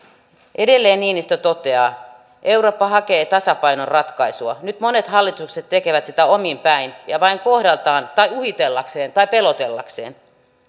edelleen niinistö toteaa eurooppa hakee tasapainon ratkaisua nyt monet hallitukset tekevät sitä omin päin ja vain kohdaltaan tai uhitellakseen tai pelotellakseen